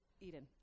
Eden